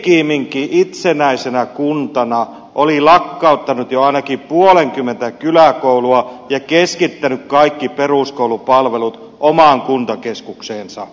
ylikiiminki itsenäisenä kuntana oli lakkauttanut jo ainakin puolenkymmentä kyläkoulua ja keskittänyt kaikki peruskoulupalvelut omaan kuntakeskukseensa